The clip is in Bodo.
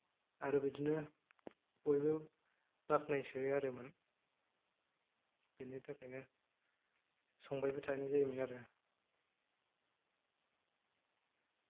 आरो बिदिनो बयबो बाख्नायसोगारोमोन बेनि थाखायनो संबायबो थानाय जायोमोन आरो